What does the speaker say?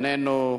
איננו,